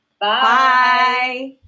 Bye